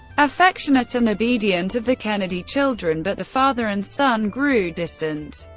affectionate, and obedient of the kennedy children, but the father and son grew distant.